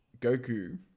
Goku